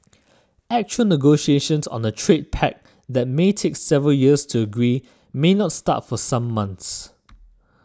actual negotiations on a trade pact that may take several years to agree may not start for some months